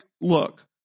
look